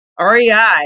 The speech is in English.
REI